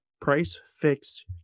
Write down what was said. price-fixed